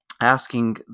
asking